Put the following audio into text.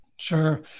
Sure